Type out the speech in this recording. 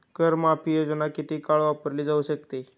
कर माफी योजना किती काळ वापरली जाऊ शकते?